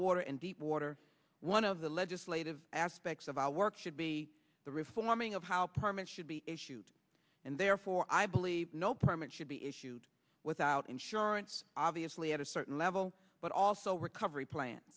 water and deep water one of the legislative aspects of our work should be the reforming of how permits should be issued and therefore i believe no permit should be issued without insurance obviously at a certain level but also recovery plan